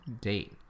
date